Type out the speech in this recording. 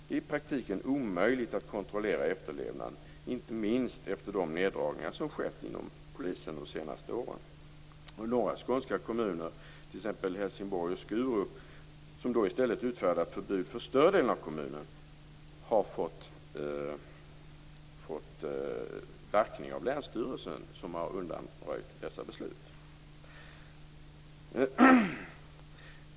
Det är i praktiken omöjligt att kontrollera efterlevnaden, inte minst efter de neddragningar som har skett inom polisen de senaste åren. I några skånska kommuner, t.ex. Helsingborg och Skurup, har de i stället utfärdat förbud för större delen av kommunerna. De har fått backning av länsstyrelsen, som har undanröjt besluten.